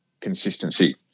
consistency